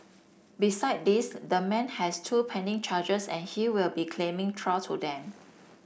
beside this the man has two pending charges and he will be claiming trial to them